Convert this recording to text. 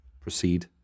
proceed